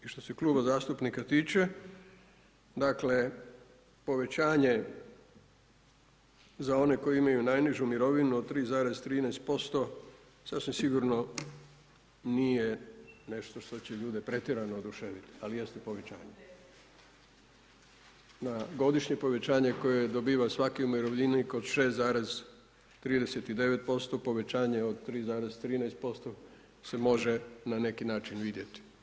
I što se Kluba zastupnika tiče, dakle, povećanje za one koji imaju najnižu mirovinu od 3,13% sasvim sigurno nije nešto što će ljude pretjerano oduševiti, ali jeste povećanje, na godišnje povećanje koje dobiva svaki umirovljenik od 6,39% povećanje od 3,13% se može na neki način vidjeti.